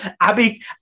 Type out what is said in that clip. Abby